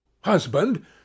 husband